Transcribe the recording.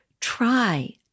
try